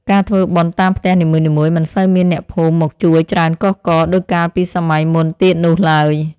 ការធ្វើបុណ្យតាមផ្ទះនីមួយៗមិនសូវមានអ្នកភូមិមកជួយច្រើនកុះករដូចកាលពីសម័យមុនទៀតនោះឡើយ។